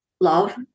Love